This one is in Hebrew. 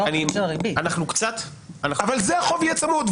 אנחנו קצת --- החוב יהיה צמוד,